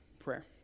Prayer